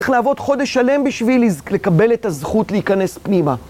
צריך לעבוד חודש שלם בשביל לקבל את הזכות להיכנס פנימה.